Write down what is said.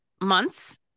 months